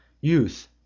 Youth